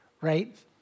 right